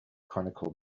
chronicle